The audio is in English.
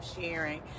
sharing